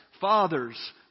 fathers